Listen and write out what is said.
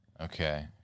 Okay